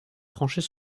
trancher